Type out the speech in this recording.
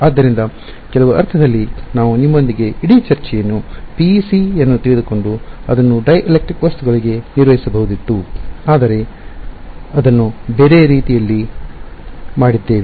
ಆದ್ದರಿಂದ ಕೆಲವು ಅರ್ಥದಲ್ಲಿ ನಾವು ನಿಮ್ಮೊಂದಿಗೆ ಇಡೀ ಚರ್ಚೆಯನ್ನು PEC ಯನ್ನು ತಿಳಿದುಕೊಂಡು ಅದನ್ನು ಡೈಎಲೆಕ್ಟ್ರಿಕ್ ವಸ್ತುಗಳಿಗೆ ನಿರ್ಮಿಸಬಹುದಿತ್ತು ಆದರೆ ನಾವು ಅದನ್ನು ಬೇರೆ ರೀತಿಯಲ್ಲಿ ಮಾಡಿದ್ದೇವೆ